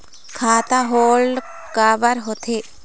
खाता होल्ड काबर होथे?